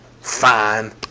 fine